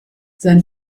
sein